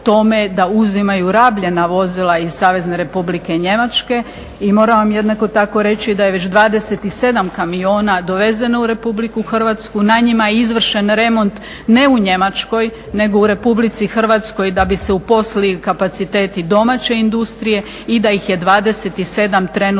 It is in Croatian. da uzimaju rabljena vozila iz Savezne Republike Njemačke. I moram vam jednako tako reći da je već 27 kamiona dovezeno u Republiku Hrvatsku, na njima je izvršen remont ne u Njemačkoj nego u Republici Hrvatskoj da bi se uposlili kapaciteti domaće industrije i da ih je 27 trenutno